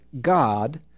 God